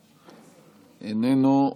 איננו.